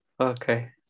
okay